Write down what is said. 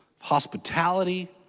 hospitality